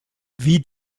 wie